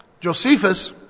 Josephus